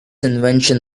invention